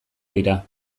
dira